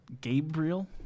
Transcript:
Gabriel